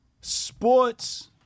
sports